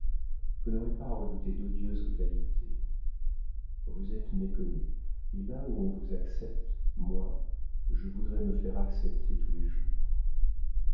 vous n'aurez pas à redouter d'odieuses rivalités vous êtes méconnue et là où l'on vous accepte moi je voudrais me faire accepter tous les jours